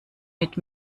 mit